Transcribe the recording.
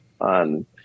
on